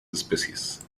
especies